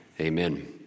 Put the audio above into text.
amen